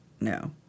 No